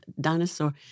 dinosaur